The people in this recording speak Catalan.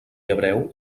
hebreu